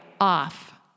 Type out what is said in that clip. off